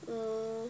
orh